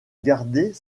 garder